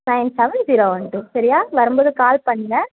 nine seven zero one two சரியா வரம்போது call பண்ணுங்கள்